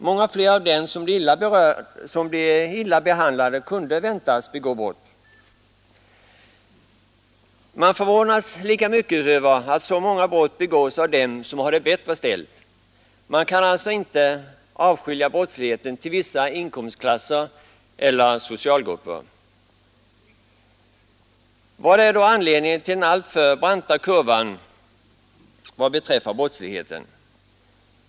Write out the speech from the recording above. Många fler av dem som blir illa behandlade kunde ju väntas begå brott. Man förvånas lika mycket över att så många brott begås av dem som har det bättre ställt. Man kan alltså inte avskilja brottsligheten till vissa inkomstklasser eller socialgrupper. Vad är då anledningen till den alltför branta kurvan vad beträ brottsligheten?